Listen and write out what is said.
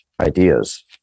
ideas